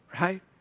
Right